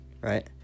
right